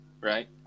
Right